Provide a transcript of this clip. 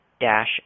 dash